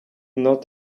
not